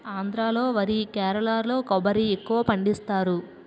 ఆంధ్రా లో వరి కేరళలో కొబ్బరి ఎక్కువపండిస్తారు